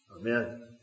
Amen